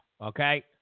Okay